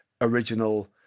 original